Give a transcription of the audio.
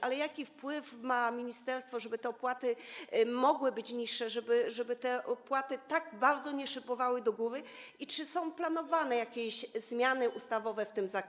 Ale jaki wpływ ma ministerstwo na to, żeby te opłaty mogły być niższe, żeby te opłaty tak bardzo nie szybowały do góry, i czy są planowane jakieś zmiany ustawowe w tym zakresie?